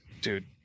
Dude